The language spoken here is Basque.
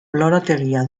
lorategia